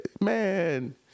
man